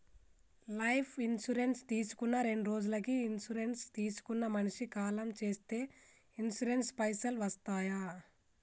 Life insurance తీసుకున్న రెండ్రోజులకి insurance తీసుకున్న మనిషి కాలం చేస్తే ఇన్సూరెన్స్ పైసల్ వస్తయా?